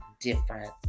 different